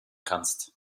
kannst